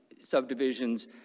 Subdivisions